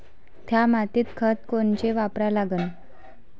थ्या मातीत खतं कोनचे वापरा लागन?